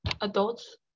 adults